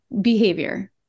behavior